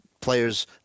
players